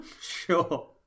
sure